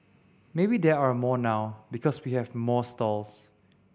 maybe there are more now because we have more stalls